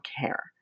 care